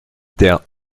der